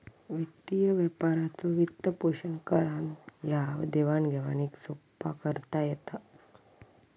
वित्तीय व्यापाराचो वित्तपोषण करान ह्या देवाण घेवाणीक सोप्पा करता येता